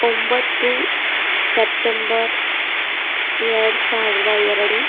ಒಂಬತ್ತು ಸೆಪ್ಟೆಂಬರ್ ಎರಡು ಸಾವಿರದ ಎರಡು